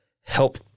help